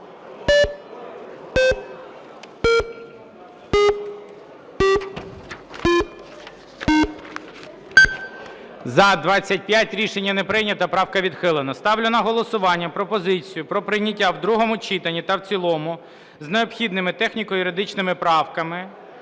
За-25 Рішення не прийнято. Правка відхилена. Ставлю на голосування пропозицію про прийняття в другому читанні та в цілому з необхідними техніко-юридичними правками